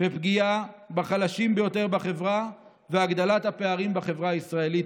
ופגיעה בחלשים ביותר בחברה והגדלת הפערים בחברה הישראלית.